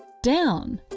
down,